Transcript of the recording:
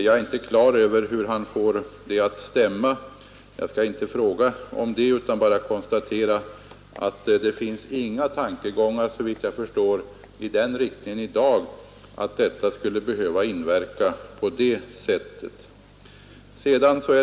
Jag är inte på det klara med hur han får det att stämma — jag skall heller inte fråga om det, utan bara konstatera att det i dag såvitt jag förstår inte finns några tankar på att beslutet skulle behöva ha sådana verkningar.